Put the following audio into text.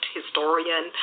historian